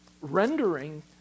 rendering